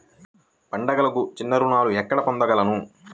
పండుగలకు చిన్న రుణాలు ఎక్కడ పొందగలను?